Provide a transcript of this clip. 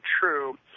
true